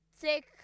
take